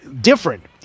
different